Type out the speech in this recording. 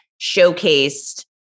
showcased